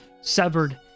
severed